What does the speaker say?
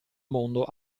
mondo